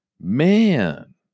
man